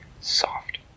soft